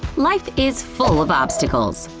life is full of obstacles.